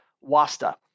wasta